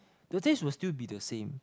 the taste was still be the same